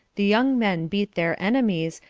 the young men beat their enemies,